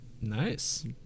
nice